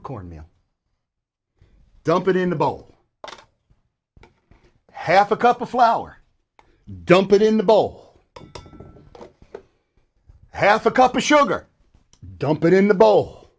of cornmeal dump it in a bowl half a cup of flour dump it in the bowl put half a cup of sugar dump it in the bowl